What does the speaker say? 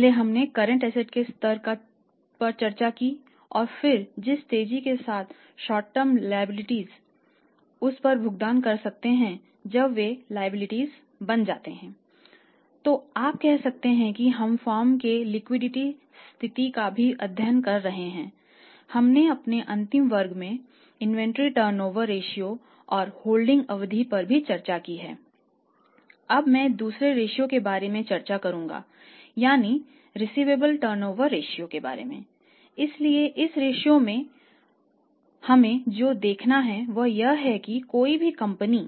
पहले हमने current asset में हमें जो देखना है वह यह है कि कोई भी कंपनी